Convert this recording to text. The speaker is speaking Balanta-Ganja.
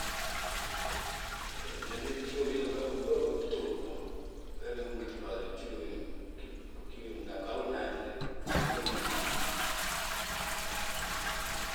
njali ma bjígo billi ma bee untita húr foloŋ, a beebi biñaŋ ma ngiti base mo nga a bgabilo ayaantini, jandu uyeŋma mo.